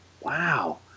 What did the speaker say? wow